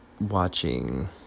watching